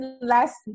last